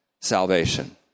salvation